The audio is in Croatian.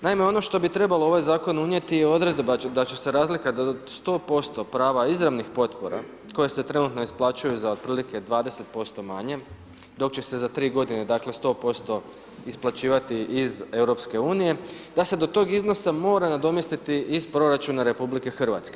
Naime, ono što bi trebalo u ovaj zakon unijeti je odredba da će se razlika do 100% prava izravnih potpora koje se trenutno isplaćuju za otprilike 20% manje dok će se za tri godine dakle 100% isplaćivati iz EU, da se do tog iznosa mora nadomjestiti iz proračuna RH.